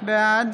בעד